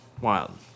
wild